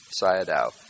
Sayadaw